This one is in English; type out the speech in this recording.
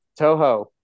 Toho